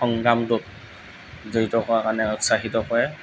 সংগ্ৰামটোত জড়িত হোৱাৰ কাৰণে উৎসাহিত কৰে